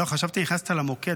לא, חשבתי שנכנסת למוקד.